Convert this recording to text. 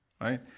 right